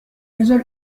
بزار